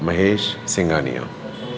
Mahesh Singhania